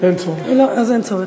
אין צורך.